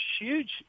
huge